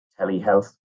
telehealth